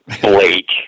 Blake